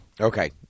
okay